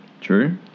True